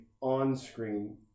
on-screen